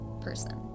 person